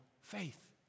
faith